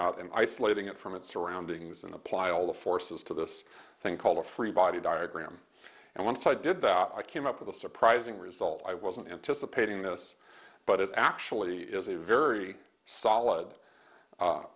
at in isolating it from its surroundings and apply all the forces to this thing called a free body diagram and once i did that i came up with a surprising result i wasn't anticipating this but it actually is a very solid